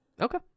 Okay